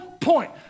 point